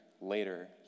Later